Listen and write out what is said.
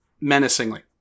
menacingly